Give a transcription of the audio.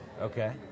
Okay